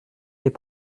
les